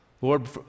Lord